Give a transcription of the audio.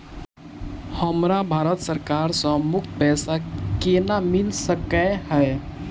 हमरा भारत सरकार सँ मुफ्त पैसा केना मिल सकै है?